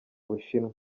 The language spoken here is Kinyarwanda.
bushinwa